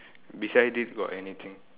beside it got anything